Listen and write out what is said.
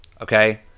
Okay